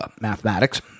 mathematics